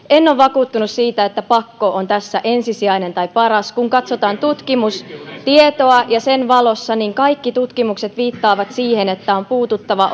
en ole vakuuttunut siitä että pakko on tässä ensisijainen tai paras kun katsotaan tutkimustietoa niin sen valossa kaikki tutkimukset viittaavat siihen että on puututtava